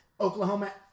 Oklahoma